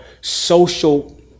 social